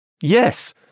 Yes